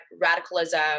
radicalism